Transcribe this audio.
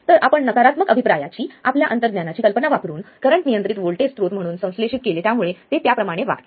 तर आपण नकारात्मक अभिप्रायाची आपल्या अंतर्ज्ञानाची कल्पना वापरुन करंट नियंत्रित व्होल्टेज स्त्रोत म्हणून संश्लेषित केले त्यामुळे ते त्याप्रमाणे वागते